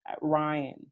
Ryan